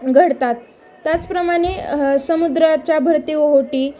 घडतात त्याचप्रमाणे समुद्राच्या भरती ओहोटी